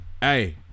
hey